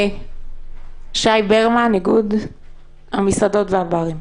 שי ברמן איגוד המסעדות והברים.